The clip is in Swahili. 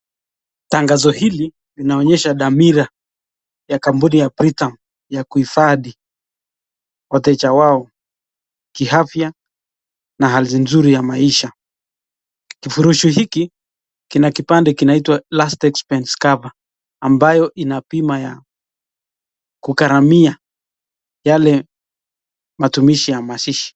Tangazo hili linaonyesha dhamira ya kampuni ya Britam ya kuifadhi wateja wao kiafya na hali nzuri ya maisha. Kifurushi hiki kina kipande kinaitwa Last expense cover ambayo ina bima ya kugaramia yale matumizi ya mazishi.